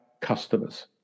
customers